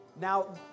Now